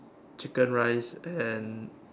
chicken rice and